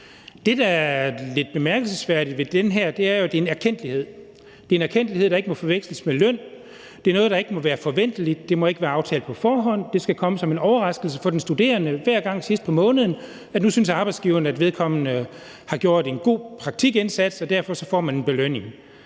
Det, der er lidt bemærkelsesværdigt ved det her, er jo, at det er en erkendtlighed. Det er en erkendtlighed, der ikke må forveksles med løn. Det er noget, der ikke må være forventeligt; det må ikke være aftalt på forhånd; det skal komme som en overraskelse for de studerende hver gang sidst på måneden, at arbejdsgiveren nu synes, at vedkommende har gjort en god praktikindsats, og derfor får vedkommende en belønning.